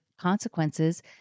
consequences